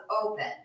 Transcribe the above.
open